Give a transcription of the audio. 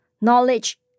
knowledge